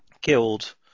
Killed